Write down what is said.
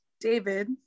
David